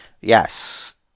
Yes